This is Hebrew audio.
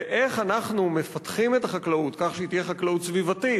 ואיך אנחנו מפתחים את החקלאות כך שהיא תהיה חקלאות סביבתית,